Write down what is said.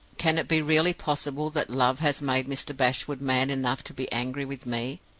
can it be really possible that love has made mr. bashwood man enough to be angry with me?